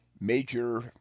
major